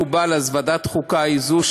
יודעים?